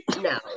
No